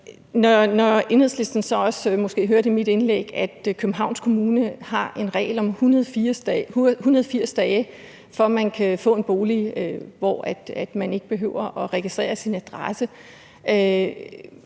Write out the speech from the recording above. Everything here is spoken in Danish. Enhedslisten hørte måske, at jeg i mit indlæg sagde, at Københavns Kommune har en regel om, at man for at kunne få en bolig, hvor man ikke behøver registrere sin adresse,